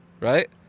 right